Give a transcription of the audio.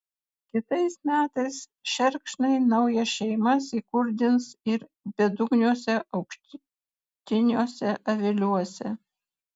kitais metais šerkšnai naujas šeimas įkurdins ir bedugniuose aukštiniuose aviliuose